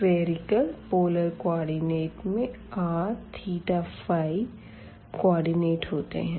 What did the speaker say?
spherical polar coordinate में rθϕ coordinate होते है